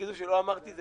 תגידו שלא אמרתי, זה